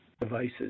devices